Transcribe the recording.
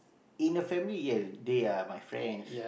in a family ya they are my friends